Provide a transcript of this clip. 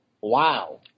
Wow